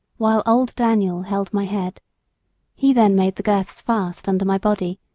while old daniel held my head he then made the girths fast under my body,